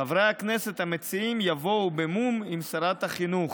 חברי הכנסת המציעים יבואו למו"מ עם שרת החינוך.